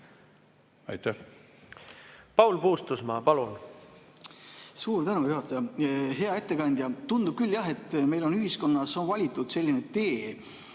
palun! Paul Puustusmaa, palun! Suur tänu, juhataja! Hea ettekandja! Tundub küll, jah, et meil ühiskonnas on valitud selline tee,